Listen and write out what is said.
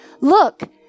Look